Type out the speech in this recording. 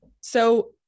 So-